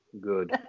good